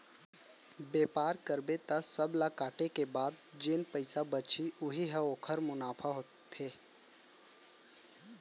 बेपार करबे त सब ल काटे के बाद जेन पइसा बचही उही ह ओखर मुनाफा होथे